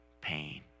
pain